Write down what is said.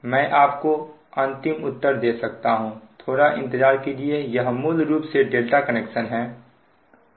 मैं आप को अंतिम उत्तर दे सकता हूं थोड़ा इंतजार कीजिए यह मूल रूप से ∆ कनेक्शन है